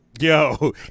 Yo